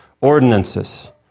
ordinances